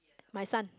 my son